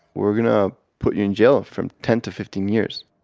we're going to put you in jail from ten to fifteen years.